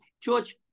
George